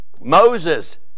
Moses